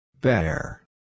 Bear